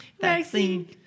Vaccine